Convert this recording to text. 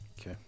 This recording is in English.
Okay